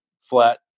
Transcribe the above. flat